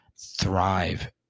thrive